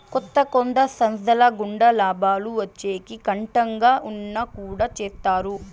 కొత్త కొత్త సంస్థల గుండా లాభాలు వచ్చేకి కట్టంగా ఉన్నా కుడా చేత్తారు